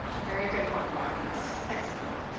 very good, monkbarns excellent!